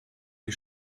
die